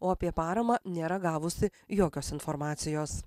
o apie paramą nėra gavusi jokios informacijos